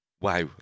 Wow